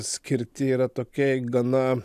skirti yra tokiai gana